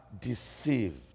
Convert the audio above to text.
deceived